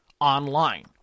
online